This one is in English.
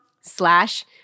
slash